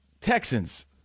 Texans